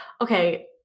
okay